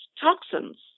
toxins